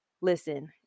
Listen